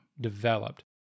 developed